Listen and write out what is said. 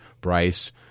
Bryce